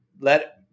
let